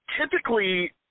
Typically